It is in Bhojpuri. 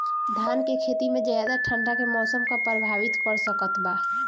धान के खेती में ज्यादा ठंडा के मौसम का प्रभावित कर सकता बा?